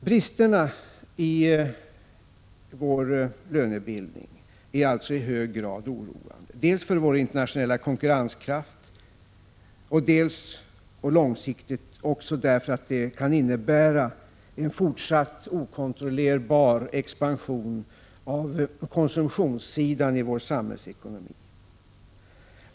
Bristerna i vår lönebildning är alltså i hög grad oroande, dels för vår internationalla konkurrenskraft, dels och långsiktigt därför att de kan innebära en fortsatt okontrollerbar expansion av konsumtionssidan i vår samhällsekonomi.